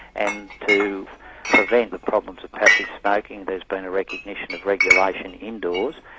and to prevent the problems of passive smoking there's been a recognition of regulation indoors.